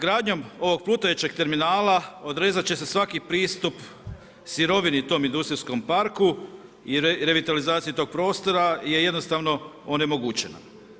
Gradnjom ovog plutajućeg terminala odrezat će se svaki pristup sirovini tom industrijom parku i revitalizaciji tog prostora je jednostavno onemogućeno.